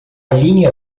linha